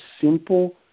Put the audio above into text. simple